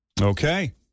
Okay